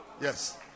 Yes